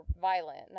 violent